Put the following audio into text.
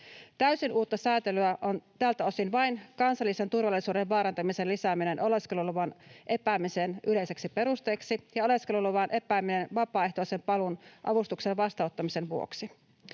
Täysin uutta säätelyä on tältä osin vain kansallisen turvallisuuden vaarantamisen lisääminen oleskeluluvan epäämisen yleiseksi perusteeksi ja oleskeluluvan epääminen vapaaehtoisen paluun avustuksen vastaanottamisen vuoksi.